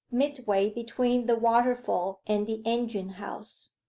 midway between the waterfall and the engine-house.